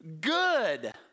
good